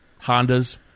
Hondas